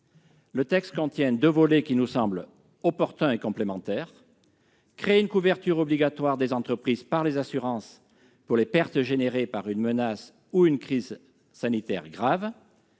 Le texte contient deux volets qui nous semblent opportuns et complémentaires : créer une couverture obligatoire des entreprises par les assurances pour les pertes générées par une menace ou une crise sanitaire grave